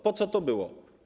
Po co to było?